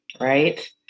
right